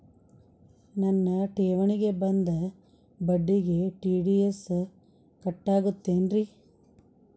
ನನ್ನ ಠೇವಣಿಗೆ ಬಂದ ಬಡ್ಡಿಗೆ ಟಿ.ಡಿ.ಎಸ್ ಕಟ್ಟಾಗುತ್ತೇನ್ರೇ?